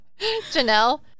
Janelle